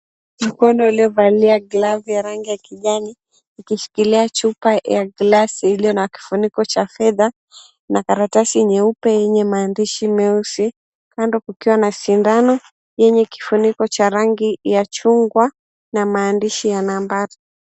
Mkono uliovalia glavu ya rangi ya kijani ikishikilia chupa ya glass iliyo na kifuniko cha fedha, na karatasi nyeupe yenye maandishi meusi, 𝑘ando kukiwa na sindano yenye kifuniko cha rangi ya chungwa na maandishi ya nambari.